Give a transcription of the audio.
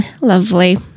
lovely